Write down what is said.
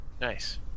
Nice